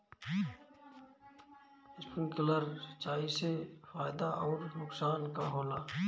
Sprinkler सिंचाई से फायदा अउर नुकसान का होला?